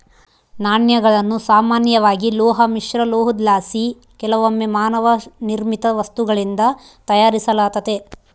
ನಾಣ್ಯಗಳನ್ನು ಸಾಮಾನ್ಯವಾಗಿ ಲೋಹ ಮಿಶ್ರಲೋಹುದ್ಲಾಸಿ ಕೆಲವೊಮ್ಮೆ ಮಾನವ ನಿರ್ಮಿತ ವಸ್ತುಗಳಿಂದ ತಯಾರಿಸಲಾತತೆ